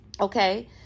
okay